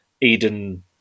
Eden